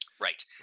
Right